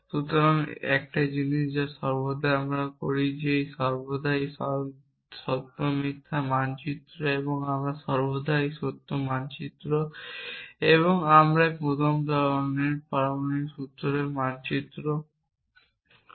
সুতরাং একটি জিনিস আমরা প্রথম ধরনের পারমাণবিক সূত্র মানচিত্র আছে